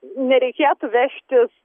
nereikėtų vežtis